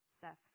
Seth